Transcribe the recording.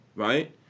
right